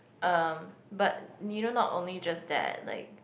um but you know not only just that like